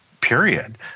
period